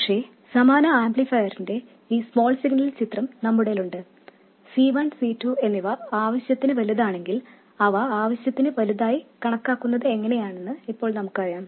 പക്ഷേ സമാന ആംപ്ലിഫയറിന്റെ ഈ സ്മോൾ സിഗ്നൽ ചിത്രം നമ്മുടേലുണ്ട് C1 C2 എന്നിവ ആവശ്യത്തിന് വലുതാണെങ്കിൽ അവ ആവശ്യത്തിന് വലുതായി കണക്കാക്കുന്നത് എങ്ങനെയെന്ന് ഇപ്പോൾ നമുക്കറിയാം